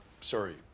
Sorry